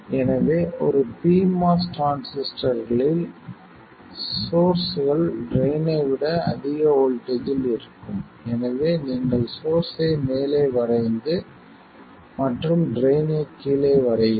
எனவே ஒரு p MOS டிரான்சிஸ்டரில் சோர்ஸ்கள் ட்ரைன் விட அதிக வோல்ட்டேஜ்ஜில் இருக்கும் எனவே நீங்கள் சோர்ஸ்ஸை மேலே வரைந்து மற்றும் ட்ரைன் ஐ கீழே வரையவும்